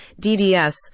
DDS